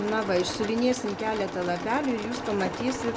na va išsiuvinėsim keletą lapelių ir jūs pamatysi